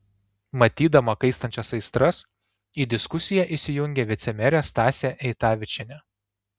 matydama kaistančias aistras į diskusiją įsijungė vicemerė stasė eitavičienė